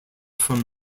from